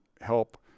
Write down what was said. help